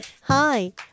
Hi